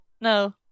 No